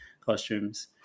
costumes